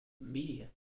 media